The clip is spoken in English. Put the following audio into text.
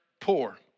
poor